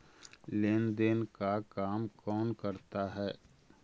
लेन देन का काम कौन करता है?